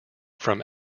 from